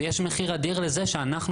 ויש מחיר אדיר לזה שאנחנו,